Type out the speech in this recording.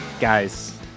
Guys